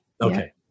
Okay